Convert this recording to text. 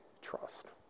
Trust